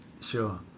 Sure